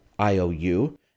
IOU